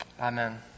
Amen